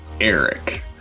ERIC